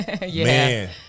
Man